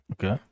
Okay